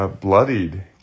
bloodied